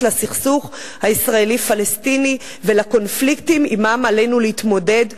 לסכסוך הישראלי-פלסטיני ולקונפליקטים שעמם עלינו להתמודד,